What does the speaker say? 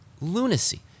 lunacy